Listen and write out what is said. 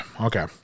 Okay